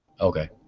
okay